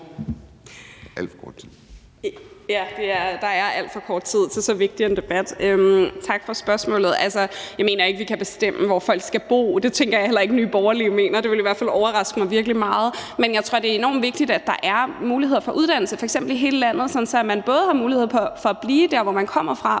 Astrid Carøe (SF): Ja, der er alt for kort tid til så vigtig en debat. Tak for spørgsmålet. Altså, jeg mener ikke, vi kan bestemme, hvor folk skal bo. Det tænker jeg heller ikke Nye Borgerlige mener; det ville i hvert fald overraske mig virkelig meget. Men jeg tror, det er enormt vigtigt, at der er muligheder for uddannelse f.eks. i hele landet, sådan at man har muligheder for at blive der, hvor man kommer fra,